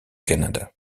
canada